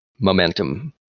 Momentum